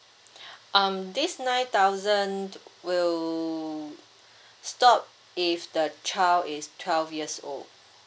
um this nine thousand will stop if the child is twelve years old